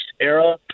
era